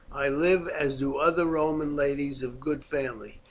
i live as do other roman ladies of good family.